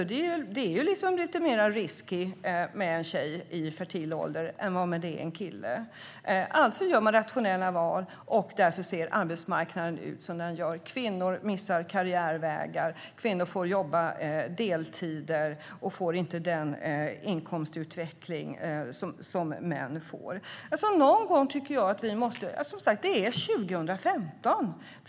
Det är lite mer risky med en tjej i fertil ålder än vad det är med en kille. Alltså gör man rationella val, och därför ser arbetsmarknaden ut som den gör. Kvinnor missar karriärvägar, får jobba deltider och får inte den inkomstutveckling som män får. Det är 2015.